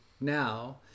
now